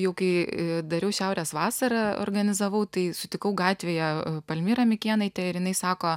jau kai dariau šiaurės vasarą organizavau tai sutikau gatvėje palmirą mikėnaitę ir jinai sako